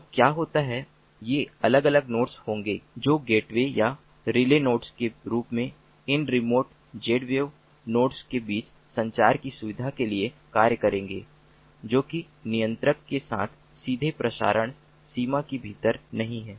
तो क्या होता है ये अलग अलग नोड्स होंगे जो गेटवे या रिले नोड्स के रूप में इन रिमोट Zwave नोड्स के बीच संचार की सुविधा के लिए कार्य करेंगे जो कि नियंत्रक के साथ सीधे प्रसारण सीमा के भीतर नहीं हैं